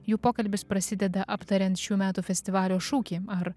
jų pokalbis prasideda aptariant šių metų festivalio šūkį ar